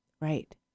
Right